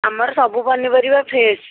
ଆମର ସବୁ ପନିପରିବା ଫ୍ରେଶ୍